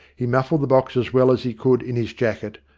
he muffled the box as well as he could in his jacket,